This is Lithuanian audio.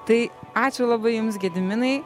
tai ačiū labai jums gediminai